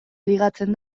ligatzen